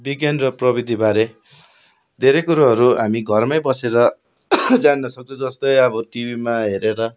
विज्ञान र प्रविधिबारे धेरै कुरोहरू हामी घरमै बसेर जान्दछौँ जस्तै अब टिभीमा हेरेर